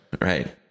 Right